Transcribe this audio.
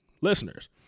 listeners